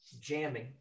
jamming